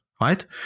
right